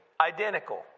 identical